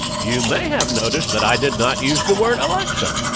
you may have noticed that i did not use the word alexa.